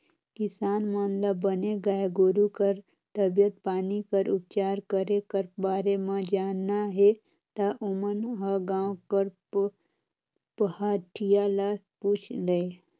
किसान मन ल बने गाय गोरु कर तबीयत पानी कर उपचार करे कर बारे म जानना हे ता ओमन ह गांव कर पहाटिया ल पूछ लय